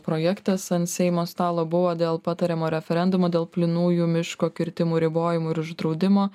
projektas ant seimo stalo buvo dėl patariamo referendumo dėl plynųjų miško kirtimų ribojimo ir uždraudimo